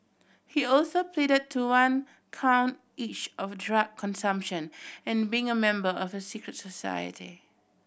he also pleaded to one count each of drug consumption and being a member of a secret society